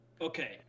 Okay